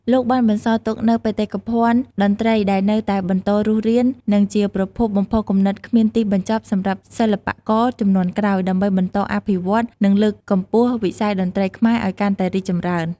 លោកបានបន្សល់ទុកនូវបេតិកភណ្ឌតន្ត្រីដែលនៅតែបន្តរស់រាន និងជាប្រភពបំផុសគំនិតគ្មានទីបញ្ចប់សម្រាប់សិល្បករជំនាន់ក្រោយ ដើម្បីបន្តអភិវឌ្ឍ និងលើកកម្ពស់វិស័យតន្ត្រីខ្មែរឱ្យកាន់តែរីកចម្រើន ។